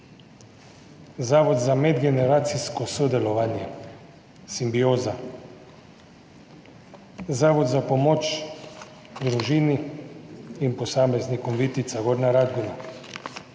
Zavod za medgeneracijsko sodelovanje Simbioza, zavod za pomoč družini in posameznikom VITICA, Gornja Radgona,